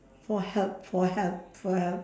for help for help for help